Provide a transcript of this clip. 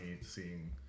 seeing